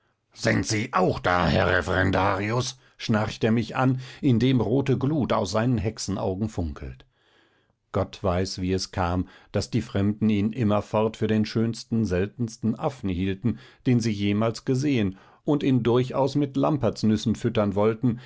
sind sie auch da herr referendarius schnarcht er mich an indem rote glut aus seinen hexenaugen funkelt gott weiß wie es kam daß die fremden ihn immerfort für den schönsten seltensten affen hielten den sie jemals gesehen und ihn durchaus mit lampertsnüssen füttern wollten